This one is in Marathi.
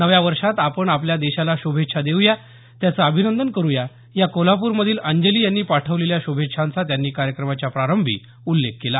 नव्या वर्षात आपण आपल्या देशाला श्रभेच्छा देऊया त्याचं अभिनंदन करुया या कोल्हाप्रमधील अंजली यांनी पाठवलेल्या श्रभेच्छांचा त्यांनी कार्यक्रमाच्या प्रारंभी उल्लेख केला